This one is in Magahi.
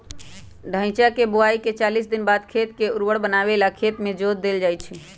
धइचा के बोआइके चालीस दिनबाद खेत के उर्वर बनावे लेल खेत में जोत देल जइछइ